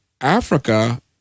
Africa